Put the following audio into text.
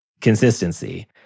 consistency